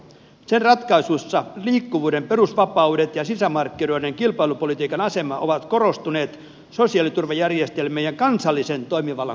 sen ratkaisuissa liikkuvuuden perusvapaudet ja sisämarkkinoiden kilpailupolitiikan asema ovat korostuneet sosiaaliturvajärjestelmän ja kansallisen toimivallan kustannuksella